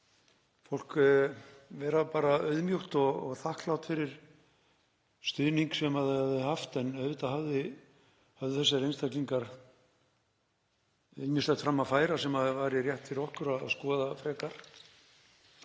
fólk vera bara auðmjúkt og þakklátt fyrir þann stuðning sem það hafði haft en auðvitað höfðu þessir einstaklingar ýmislegt fram að færa sem væri rétt fyrir okkur að skoða frekar.